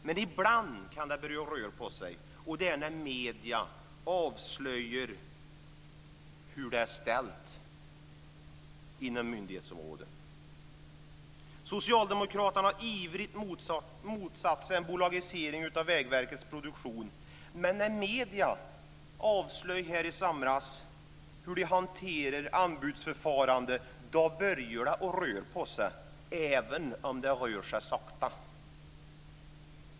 Men ibland kan det börja röra på sig, och det är när medierna avslöjar hur det är ställt inom myndighetsområdet. Socialdemokraterna har ivrigt motsatt sig en bolagisering av Vägverket Produktion, men när medierna i somras avslöjade hur de hanterar anbudsförfaranden, då började det röra på sig - även om det rör sig sakta.